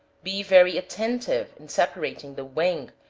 be very attentive, in separating the wing,